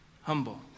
humble